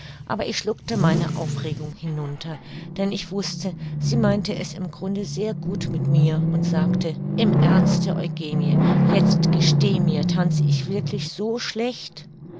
aber ich schluckte meine aufregung hinunter denn ich wußte sie meinte es im grunde sehr gut mit mir und sagte im ernste eugenie jetzt gesteh mir tanze ich wirklich so schlecht